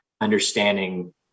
understanding